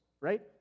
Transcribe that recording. right